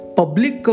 public